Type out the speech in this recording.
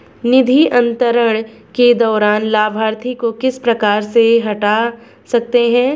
निधि अंतरण के दौरान लाभार्थी को किस प्रकार से हटा सकते हैं?